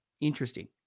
Interesting